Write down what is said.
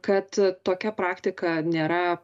kad tokia praktika nėra